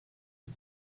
and